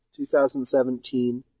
2017